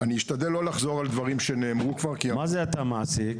אני אשתדל לא אחזור על דברים שנאמרו כבר --- מה הכוונה אתה מעסיק?